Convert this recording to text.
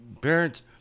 parents